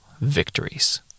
victories